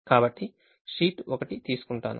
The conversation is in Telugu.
కాబట్టి షీట్ 1 తీసుకుంటాను